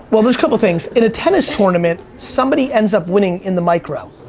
well, there's couple things. in a tennis tournament, somebody ends up winning in the micro.